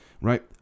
Right